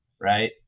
right